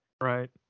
right